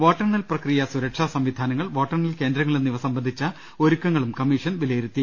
വോട്ടെണ്ണൽ പ്രക്രിയ സുരക്ഷാ സംവിധാനങ്ങൾ വോട്ടെണ്ണൽ കേന്ദ്രങ്ങൾ എന്നിവ സംബന്ധിച്ച ഒരുക്ക ങ്ങളും കമ്മീഷൻ വിലയിരുത്തി